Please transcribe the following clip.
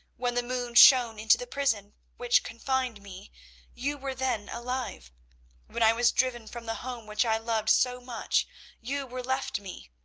when the moon shone into the prison which confined me you were then alive when i was driven from the home which i loved so much you were left me.